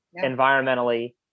environmentally